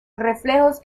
reflejos